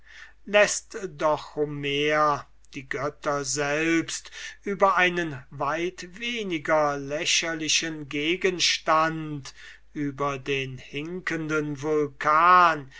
läßt doch homer die götter selbst über einen weit weniger lächerlichen gegenstand über den hinkenden vulcan